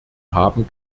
haben